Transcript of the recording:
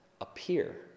appear